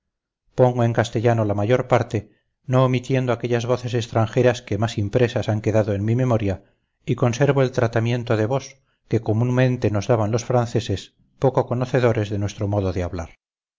pongo en castellano la mayor parte no omitiendo aquellas voces extranjeras que más impresas han quedado en mi memoria y conservo el tratamiento de vos que comúnmente nos daban los franceses poco conocedores de nuestro modo de hablar